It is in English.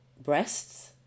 breasts